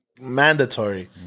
Mandatory